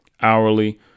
hourly